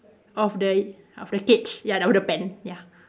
of the of the cage ya of the pen ya